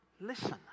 listen